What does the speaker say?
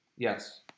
Yes